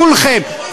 כולכם,